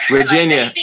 Virginia